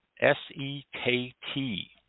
S-E-K-T